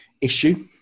issue